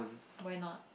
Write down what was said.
why not